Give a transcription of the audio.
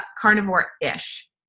carnivore-ish